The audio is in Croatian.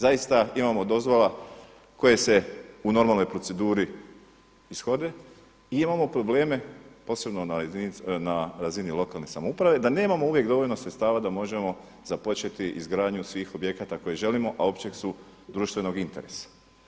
Zaista imamo dozvola koje se u normalnoj proceduri ishode, imamo probleme na razini lokalne samouprave da nemamo uvijek dovoljno sredstava da možemo započeti izgradnju svih objekata koje želimo, a općeg su društvenog interesa.